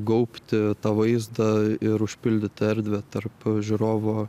gaubti tą vaizdą ir užpildyt erdvę tarp žiūrovo